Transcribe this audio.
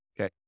Okay